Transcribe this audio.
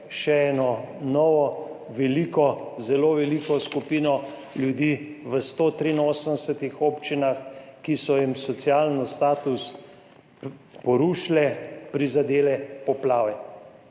še eno novo, veliko, zelo veliko skupino ljudi v 183 občinah, ki so jim socialni status porušile, prizadele poplave.